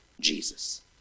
jesus